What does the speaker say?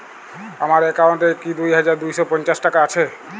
আমার অ্যাকাউন্ট এ কি দুই হাজার দুই শ পঞ্চাশ টাকা আছে?